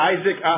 Isaac